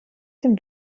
dem